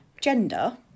gender